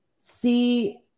see